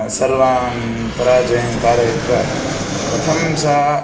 सर्वान् पराजयं कारयित्वा कथं सः